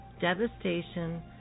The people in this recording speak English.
devastation